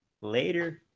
Later